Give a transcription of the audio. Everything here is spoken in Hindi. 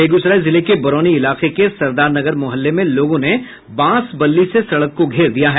बेगूसराय जिले के बरौनी इलाके के सरदारनगर मुहल्ले में लोगों ने बांस बल्ली से सड़क को घेर दिया है